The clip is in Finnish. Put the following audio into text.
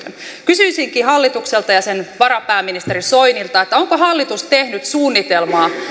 kysyisinkin hallitukselta ja sen varapääministeri soinilta onko hallitus tehnyt suunnitelmaa